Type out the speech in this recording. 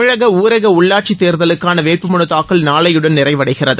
தமிழக ஊரக உள்ளாட்சித் தேர்தலுக்கான வேட்பு மனு தாக்கல் நாளையுடன் நிறைவடைகிறது